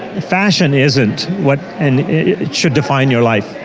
fashion isn't what and should define your life,